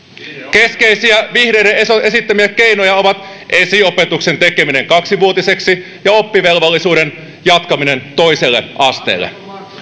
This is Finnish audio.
keskeisiä vihreiden esittämiä keinoja ovat esiopetuksen tekeminen kaksivuotiseksi ja oppivelvollisuuden jatkaminen toiselle asteelle